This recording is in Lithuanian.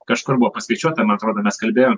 kažkur buvo paskaičiuota man atrodo mes kalbėjom